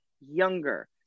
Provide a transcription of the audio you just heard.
younger